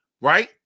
right